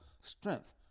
strength